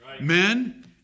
Men